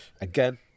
again